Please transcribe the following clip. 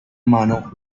mano